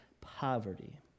poverty